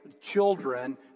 children